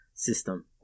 System